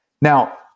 Now